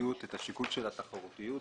השיקול של התחרותיות.